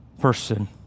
person